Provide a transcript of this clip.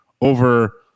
over